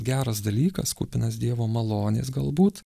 geras dalykas kupinas dievo malonės galbūt